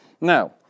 Now